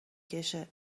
کشه